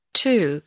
two